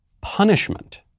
Punishment